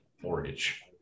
mortgage